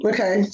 Okay